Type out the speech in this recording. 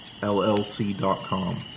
LLC.com